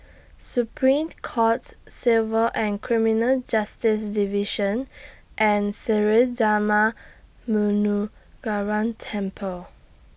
Supreme Court Civil and Criminal Justice Division and Sri Darma Temple